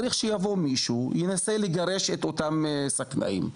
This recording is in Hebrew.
צריך שיבואו מישהו, ינסה לגרש את אותם שקנאים.